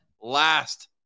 Last